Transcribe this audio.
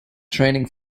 training